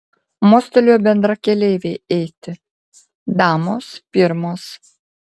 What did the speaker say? mostelėjo bendrakeleivei eiti damos pirmos